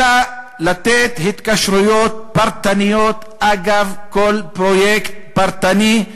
אלא לתת התקשרויות פרטניות אגב כל פרויקט פרטני,